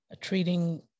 treating